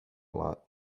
lot